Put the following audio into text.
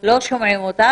לא שומעים אותך,